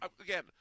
again